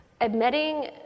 admitting